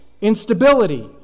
instability